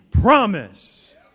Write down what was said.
promise